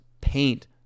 paint